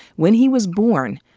when he was born,